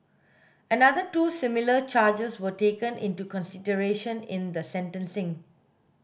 another two similar charges were taken into consideration in the sentencing